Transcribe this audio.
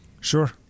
Sure